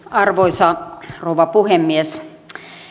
arvoisa rouva puhemies